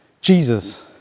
Jesus